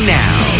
now